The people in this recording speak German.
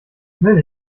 melde